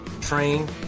train